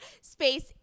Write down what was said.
space